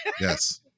yes